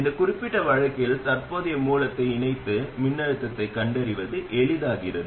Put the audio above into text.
இந்த குறிப்பிட்ட வழக்கில் தற்போதைய மூலத்தை இணைத்து மின்னழுத்தத்தைக் கண்டறிவது எளிதாகிறது